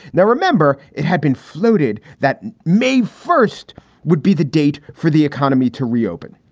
now, remember, it had been floated that may first would be the date for the economy to reopen.